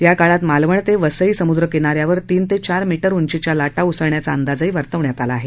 याकाळात मालवण ते वसई समुद्र किनाऱ्यावर तीन ते चार मीटर उंचीच्या लाटा उसळण्याचा अंदाजही वर्तवण्यात आला आहे